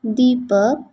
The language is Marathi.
दीपक